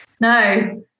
no